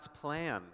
plan